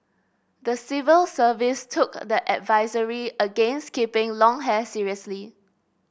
the civil service took the advisory against keeping long hair seriously